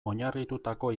oinarritututako